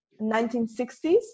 1960s